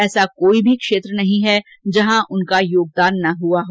ऐसा कोई भी क्षेत्र नहीं हैं जहां उनका योगदान न हुआ हो